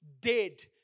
dead